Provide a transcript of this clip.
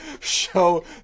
Show